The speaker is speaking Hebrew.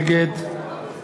נגד